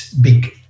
big